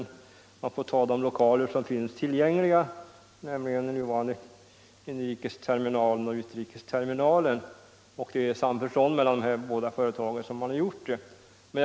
Man får ta de lokaler som finns tillgängliga, nämligen nuvarande inrikesterminal och utrikesterminal, och det sker alltså i samförstånd mellan de båda företagen.